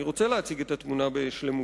אני רוצה להציג את התמונה בשלמותה.